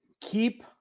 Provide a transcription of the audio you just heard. keep